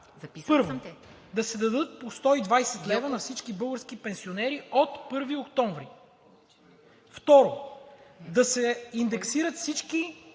Първо, да се дадат 120 лв. на всички български пенсионери от 1 октомври. Второ, да се индексират всички